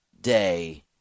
day